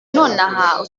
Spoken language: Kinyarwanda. nonaha